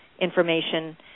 information